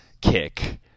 kick